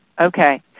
Okay